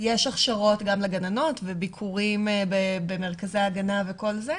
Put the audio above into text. יש הכשרות גם לגננות וביקורים במרכזי ההגנה וכל זה?